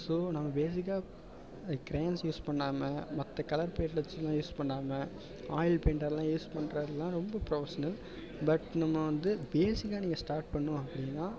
so நாம் பேசிக்காக இந்த க்ரேயான்ஸ் யூஸ் பண்ணாமல் மற்ற கலர் பேல்லேட்ஸ் எல்லாம் யூஸ் பண்ணாமல் ஆயில் பெயிண்ட் எல்லாம் யூஸ் பண்ணுறதெல்லாம் ரொம்ப ப்ரொஃபஷனல் பட் நம்ம வந்து பேசிக்காக நீங்கள் ஸ்டார்ட் பண்ணணும் அப்படின்னா